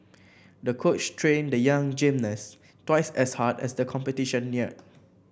the coach trained the young gymnast twice as hard as the competition neared